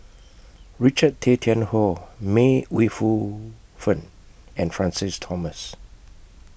Richard Tay Tian Hoe May Ooi Yu Fen and Francis Thomas